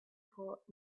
hot